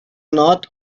not